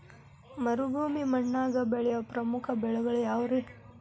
ಮರುಭೂಮಿ ಮಣ್ಣಾಗ ಬೆಳೆಯೋ ಪ್ರಮುಖ ಬೆಳೆಗಳು ಯಾವ್ರೇ?